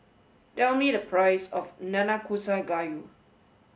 tell me the price of Nanakusa Gayu